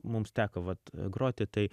mums teko vat groti tai